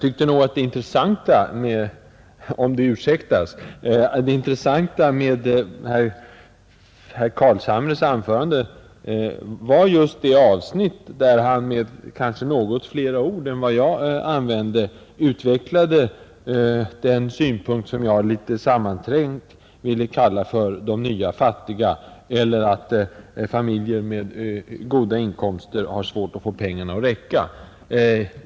Det intressanta i herr Carlshamres anförande var — om det ursäktas — just det avsnitt där han — med kanske något fler ord än jag använde — utvecklade den synpunkt som jag litet sammanträngt ville kalla ”de nya fattiga”. Eller det förhållandet, att familjer med goda inkomster har svårt att få pengarna att räcka.